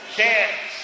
Chance